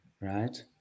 right